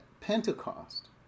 Pentecost